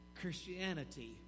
Christianity